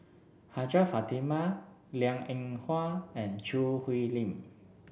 Hajjah Fatimah Liang Eng Hwa and Choo Hwee Lim